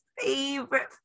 favorite